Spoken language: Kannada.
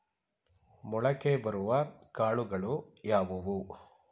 ಮೊಳಕೆ ಬರುವ ಕಾಳುಗಳು ಯಾವುವು?